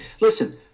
Listen